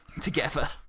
together